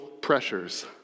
pressures